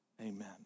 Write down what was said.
Amen